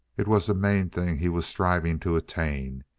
it was the main thing he was striving to attain.